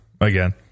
again